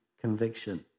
conviction